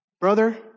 Brother